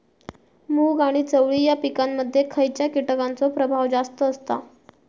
मूग आणि चवळी या पिकांमध्ये खैयच्या कीटकांचो प्रभाव जास्त असता?